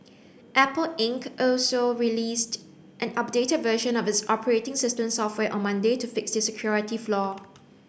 Apple Inc also released an updated version of its operating system software on Monday to fix the security flaw